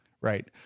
right